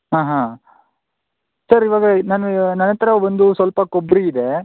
ಹಾಂ ಹಾಂ ಸರ್ ಇವಾಗ ನಾನು ನನ್ನತ್ರ ಒಂದು ಸ್ವಲ್ಪ ಕೊಬ್ಬರಿ ಇದೆ